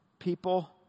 people